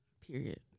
Period